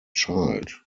child